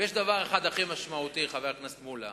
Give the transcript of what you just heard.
יש דבר אחד, הכי משמעותי, חבר הכנסת מולה,